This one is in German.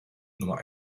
nummer